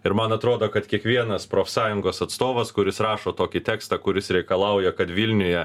ir man atrodo kad kiekvienas profsąjungos atstovas kuris rašo tokį tekstą kuris reikalauja kad vilniuje